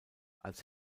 als